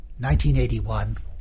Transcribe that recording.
1981